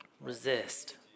Resist